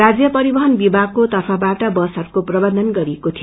राज्य परिवहन विभागको तर्फबाट बसहरूको प्रवन्ध गरिएको थियो